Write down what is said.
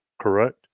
correct